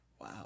Wow